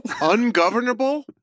ungovernable